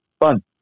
fun